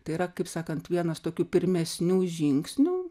tai yra kaip sakant vienas tokių pirmesnių žingsnių